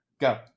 Go